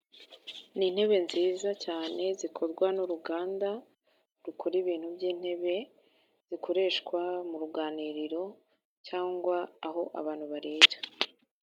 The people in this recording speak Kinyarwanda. Ni intebe nziza cyane zikorwa n'uruganda rukora ibintu by'intebe zikoreshwa mu ruganiriro cyangwa aho abantu barira.